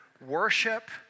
worship